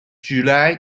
july